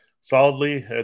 solidly